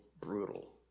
brutal